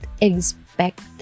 expect